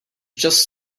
just